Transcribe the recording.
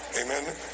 Amen